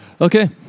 Okay